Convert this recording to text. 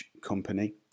company